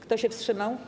Kto się wstrzymał?